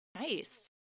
Nice